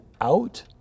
out